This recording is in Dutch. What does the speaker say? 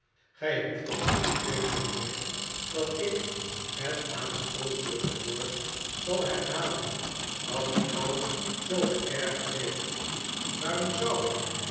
gij hoeft ook niet te vreezen mijnheer dat ik het maarten chuzzlewit aanstootelijke woord zal herhalen dat u al zoo geergerd heeft waarom zou ik